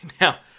now